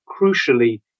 crucially